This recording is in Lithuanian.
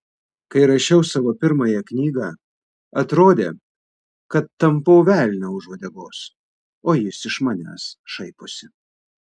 kai rašiau savo pirmąją knygą atrodė kad tampau velnią už uodegos o jis iš manęs šaiposi